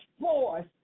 force